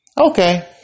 Okay